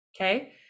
Okay